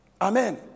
Amen